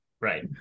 right